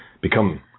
become